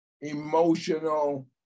emotional